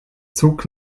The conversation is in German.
zug